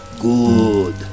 good